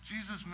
Jesus